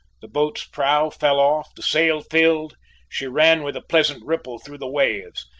the boat's prow fell off the sail filled she ran with a pleasant ripple through the waves,